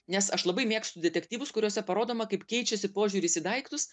nes aš labai mėgstu detektyvus kuriuose parodoma kaip keičiasi požiūris į daiktus